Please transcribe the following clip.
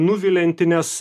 nuvilianti nes